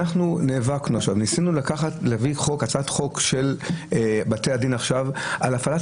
אנחנו נאבקנו וניסינו להביא הצעת חוק של בתי הדין עכשיו על הפעלת